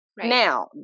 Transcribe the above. Now